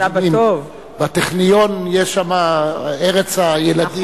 בטכניון יש ארץ הילדים,